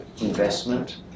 investment